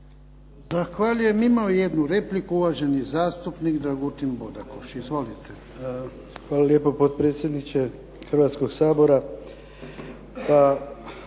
Hvala lijepo potpredsjedniče Hrvatskog sabora.